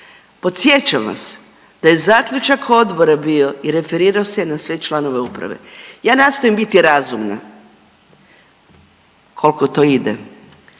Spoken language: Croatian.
podsjećam vas da je zaključak odbora bio i referirao se na sve članove Uprave, ja nastojim biti razumna, koliko to ide